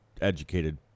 educated